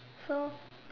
so